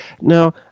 Now